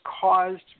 caused